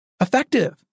effective